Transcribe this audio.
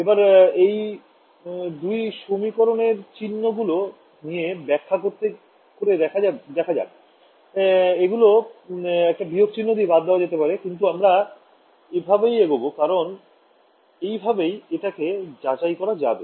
এবার এই দুই সমীকরণের চিহ্ন গুলো নিয়ে ব্যখ্যা করে দেখা যাক এগুলো একটা বিয়োগ চিহ্ন দিয়ে বাদ দেওয়া যেতে পারে কিন্তু আমরা এভাবেই এগোবো কারন এইভাবেই এটাকে যাচাই করা যাবে